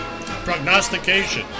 prognostication